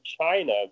China